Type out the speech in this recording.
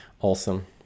Awesome